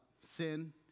sin